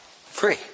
free